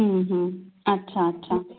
अच्छा अच्छा